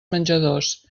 menjadors